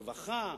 ברווחה,